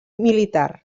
militar